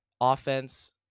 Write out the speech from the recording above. offense